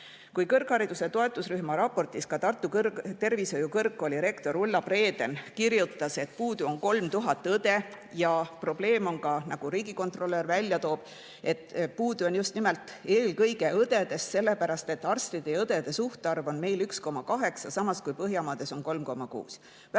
Kui kõrghariduse toetusrühma raportis ka Tartu Tervishoiu Kõrgkooli rektor Ulla Preeden kirjutas, et puudu on 3000 õde, ja probleem on ka, nagu riigikontrolör välja toob, et puudu on just nimelt eelkõige õdedest, sellepärast et arstide ja õdede suhtarv on meil 1,8, samas kui Põhjamaades on 3,6.